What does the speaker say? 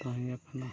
ᱛᱟᱦᱮᱸᱭᱟᱠᱟᱱᱟ